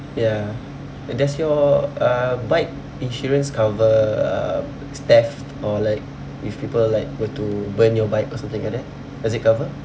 ya does your uh bike insurance cover uh theft or like if people like were to burn your bike or something like that does it cover